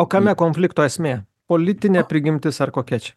o kame konflikto esmė politinė prigimtis ar kokia čia